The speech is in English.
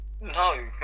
No